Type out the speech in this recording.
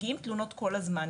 ממש מגיעות תלונות כל זמן.